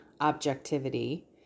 objectivity